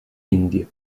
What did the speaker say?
indie